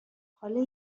حالا